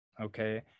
Okay